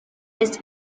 his